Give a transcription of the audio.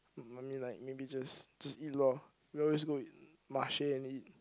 I mean like maybe just just eat loh we all just go Marche and eat